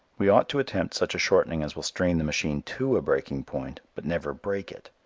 we ought to attempt such a shortening as will strain the machine to a breaking point, but never break it.